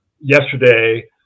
yesterday